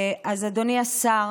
אז אדוני השר,